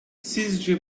sizce